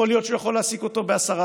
יכול להיות שהוא יכול להעסיק אותו ב-10%,